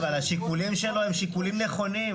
השיקולים שלו הם שיקולים נכונים,